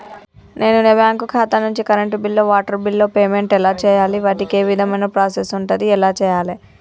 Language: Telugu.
నేను నా బ్యాంకు ఖాతా నుంచి కరెంట్ బిల్లో వాటర్ బిల్లో పేమెంట్ ఎలా చేయాలి? వాటికి ఏ విధమైన ప్రాసెస్ ఉంటది? ఎలా చేయాలే?